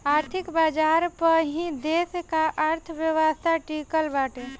आर्थिक बाजार पअ ही देस का अर्थव्यवस्था टिकल बाटे